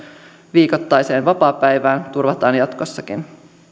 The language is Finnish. viikoittaiseen vapaapäivään turvataan jatkossakin